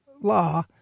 law